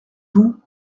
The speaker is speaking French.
vous